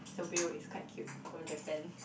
the bill is quite cute from Japan